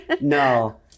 no